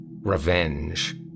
Revenge